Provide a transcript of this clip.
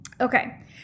Okay